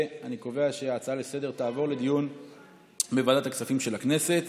אני קובע שההצעה לסדר-היום תעבור לדיון בוועדת הכספים של הכנסת.